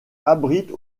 abrite